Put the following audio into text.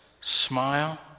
smile